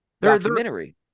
documentary